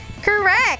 correct